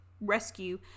Rescue